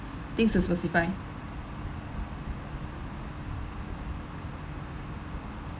things to specify